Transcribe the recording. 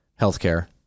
healthcare